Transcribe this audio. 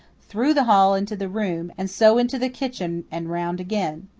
through the hall into the room, and so into the kitchen and round again.